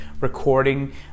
recording